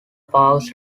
parts